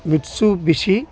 Mitsubishi